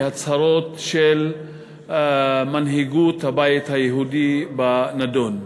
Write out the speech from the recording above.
בהצהרות של מנהיגות הבית היהודי בנדון.